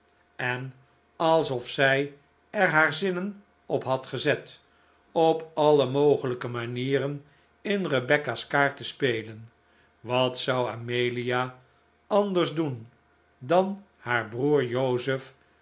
en alsof zij er haar zinnen op had gezet op alle mogelijke manieren in rebecca's kaart te spelen wat zou amelia anders doen dan haar broer joseph